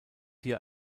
hier